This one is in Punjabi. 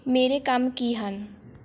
ਮੇਰੇ ਕੰਮ ਕੀ ਹਨ